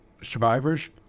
survivors